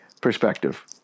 perspective